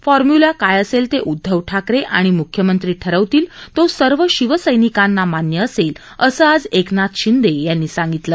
formula काय असेल ते उदधव ठाकरे आणि मुख्यमंत्री ठरवतील तो सर्व शिवसैनिकांना मान्य असेल असं आज एकनाथ शिंदे यांनी सांगितलं